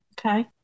okay